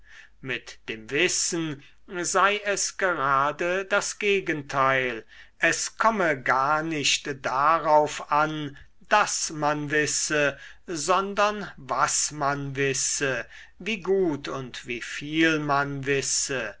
mit dem wissen sei es gerade das gegenteil es komme gar nicht darauf an daß man wisse sondern was man wisse wie gut und wie viel man wisse